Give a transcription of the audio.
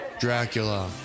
Dracula